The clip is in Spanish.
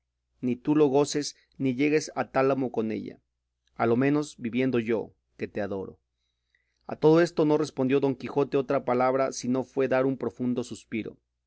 ni tú lo goces ni llegues a tálamo con ella a lo menos viviendo yo que te adoro a todo esto no respondió don quijote otra palabra si no fue dar un profundo suspiro